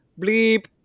Bleep